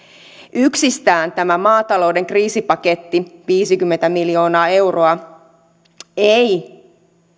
yksistään tämä maatalouden kriisipaketti viisikymmentä miljoonaa euroa ei